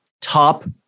top